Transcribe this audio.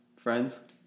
friends